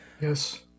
Yes